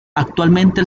actualmente